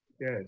Yes